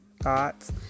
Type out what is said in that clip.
thoughts